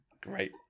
Great